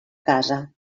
casa